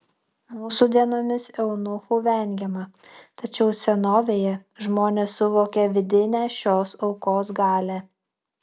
mūsų dienomis eunuchų vengiama tačiau senovėje žmonės suvokė vidinę šios aukos galią